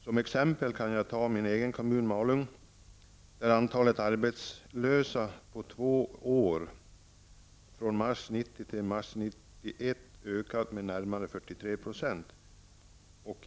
Som exempel kan jag ta min egen hemkommun 1989 till mars 1991 ökat med närmare 43 %.